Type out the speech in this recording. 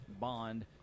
Bond